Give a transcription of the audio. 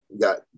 got